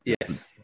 Yes